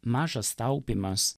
mažas taupymas